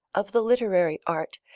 of the literary art,